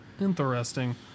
interesting